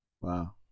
Wow